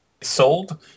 sold